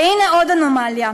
והנה עוד אנומליה,